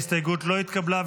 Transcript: ההסתייגות לא התקבלה.